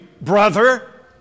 brother